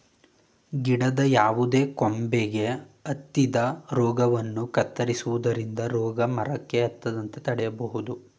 ಗಿಡದ ಯಾವುದೇ ಕೊಂಬೆಗೆ ಹತ್ತಿದ ರೋಗವನ್ನು ಕತ್ತರಿಸುವುದರಿಂದ ರೋಗ ಮರಕ್ಕೆ ಹಬ್ಬದಂತೆ ತಡೆಯಬೋದು